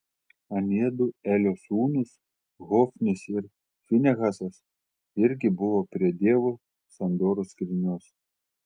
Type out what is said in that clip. aniedu elio sūnūs hofnis ir finehasas irgi buvo prie dievo sandoros skrynios